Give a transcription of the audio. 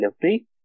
delivery